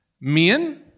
Men